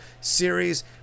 series